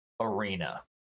arena